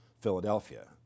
Philadelphia